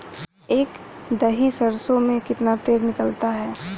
एक दही सरसों में कितना तेल निकलता है?